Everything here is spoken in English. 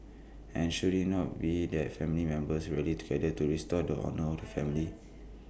and should IT not be that family members rally together to restore the honour of the family